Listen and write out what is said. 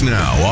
now